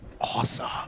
Awesome